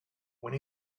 when